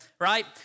right